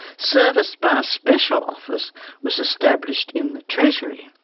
serviced by a special office was established in the treasury.